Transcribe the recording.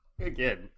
Again